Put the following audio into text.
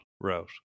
route